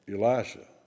Elisha